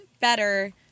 better